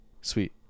Sweet